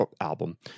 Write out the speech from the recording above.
album